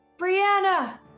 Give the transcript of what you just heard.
Brianna